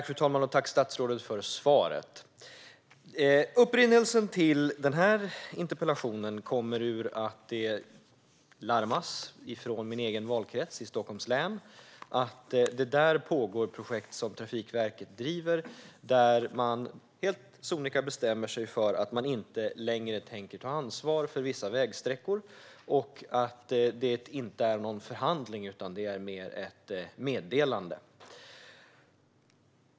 Fru talman! Jag tackar statsrådet för svaret. Upprinnelsen till denna interpellation är att det från min egen valkrets i Stockholms län larmas om att det pågår projekt där som Trafikverket driver. Trafikverket bestämmer sig helt sonika för att man inte längre tänker ta ansvar för vissa vägsträckor, och det är ingen förhandling utan mer ett meddelande.